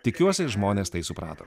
tikiuosi žmonės tai suprato